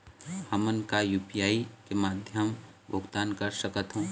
हमन का यू.पी.आई के माध्यम भुगतान कर सकथों?